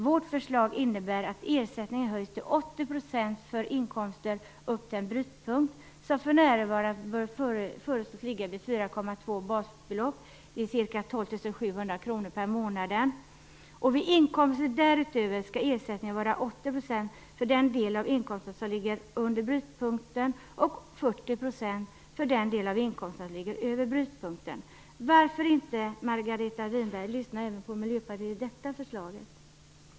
Vårt förslag innebär att ersättningen höjs till 80 % för inkomster upp till en brytpunkt som för närvarande föreslås ligga vid 4,2 basbelopp, ca 12 700 kronor per månad. Vid inkomster därutöver skall ersättningen vara 80 % för den del av inkomsten som ligger under brytpunkten och 40 % för den del av inkomsten som ligger över brytpunkten. Varför inte, Margareta Winberg, lyssna på Miljöpartiet även när det gäller detta förslag?